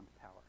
power